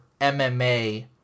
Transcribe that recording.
MMA